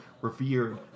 revered